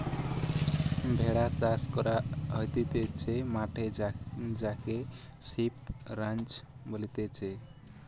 ভেড়া চাষ করা হতিছে মাঠে যাকে সিপ রাঞ্চ বলতিছে